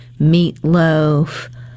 meatloaf